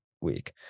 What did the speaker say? week